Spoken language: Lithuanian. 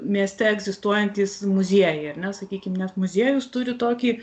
mieste egzistuojantys muziejai ar ne sakykim nes muziejus turi tokį